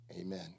Amen